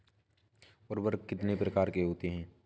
उर्वरक कितने प्रकार के होते हैं?